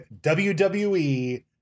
wwe